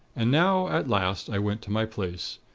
and now at last, i went to my place,